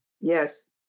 Yes